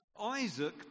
Isaac